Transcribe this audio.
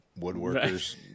woodworkers